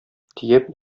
төяп